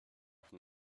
from